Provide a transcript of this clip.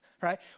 right